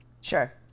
Sure